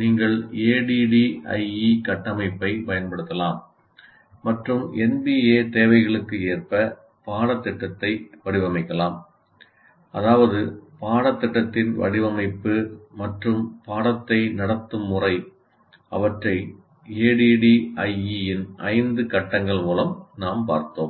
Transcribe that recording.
நீங்கள் ADDIE கட்டமைப்பைப் பயன்படுத்தலாம் மற்றும் NBA தேவைகளுக்கு ஏற்ப பாடத்திட்டத்தை வடிவமைக்கலாம் அதாவது பாடத்திட்டத்தின் வடிவமைப்பு மற்றும் பாடத்தை நடத்தும் முறை அவற்றை ADDIE இன் 5 கட்டங்கள் மூலம் நாம் பார்த்தோம்